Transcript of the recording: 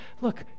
look